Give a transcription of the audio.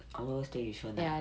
our stay yishun ah